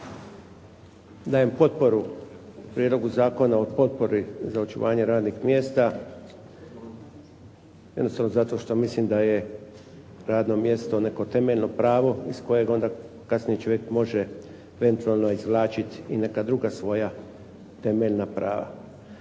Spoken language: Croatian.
dajem potporu Prijedlogu zakona o potpori za očuvanje radnih mjesta jednostavno zato što mislim da je radno mjesto neko temeljno pravo iz kojega onda, kasnije ćemo vidjeti, može eventualno izvlačiti i neka druga svoja temeljna prava.